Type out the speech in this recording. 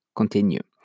continue